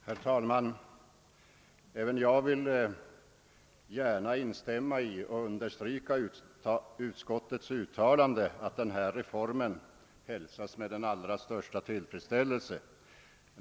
Herr talman! Även jag vill gärna instämma i och understryka utskottets uttalande att den föreslagna reformen hälsas med allra största tillfredsställelse.